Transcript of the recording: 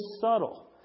subtle